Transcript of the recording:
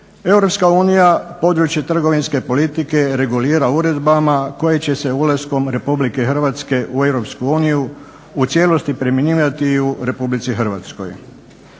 Europska unija, područje trgovinske politike regulira uredbama koje će se ulaskom Republike Hrvatske u Europsku uniju u cijelosti primjenjivati i u Republici Hrvatskoj.